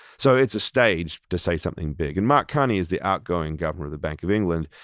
so it's a stage to say something big. and mark carney is the outgoing governor of the bank of england.